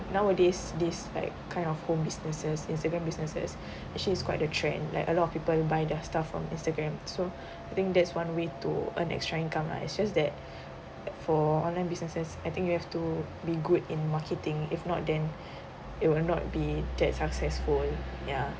nowadays this like kind of home businesses instagram businesses actually is quite a trend like a lot of people buy their stuff on instagram so I think that's one way to earn extra income lah it's just that for online businesses I think you have to be good in marketing if not then it will not be that successful ya